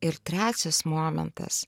ir trečias momentas